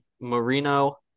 Marino